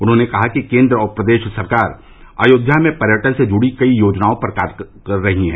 उन्होंने कहा कि केन्द्र और प्रदेश सरकार अर्योध्या में पर्यटन से जुड़ी कई योजनाओं पर कार्य कर रही है